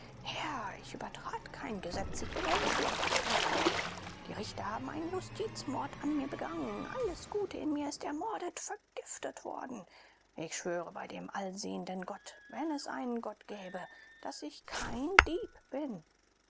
ich übertrat kein gesetz ich bin unschuldig verurteilt die richter haben einen justizmord an mir begangen alles gute in mir ist ermordet vergiftet worden ich schwöre bei dem allsehenden gott wenn es einen gott gäbe daß ich kein dieb bin